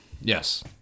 Yes